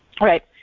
Right